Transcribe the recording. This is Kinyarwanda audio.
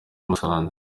musanze